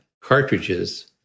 cartridges